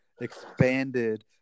expanded